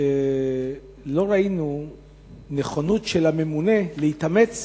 שלא ראינו נכונות של הממונה להתאמץ